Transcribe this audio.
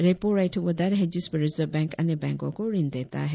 repo rate वह दर है जिस पर रिजर्व बैंक अन्य बैंको को ऋण देता है